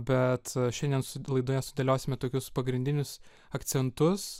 bet šiandien laidoje sudėliosime tokius pagrindinius akcentus